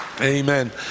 amen